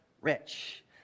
rich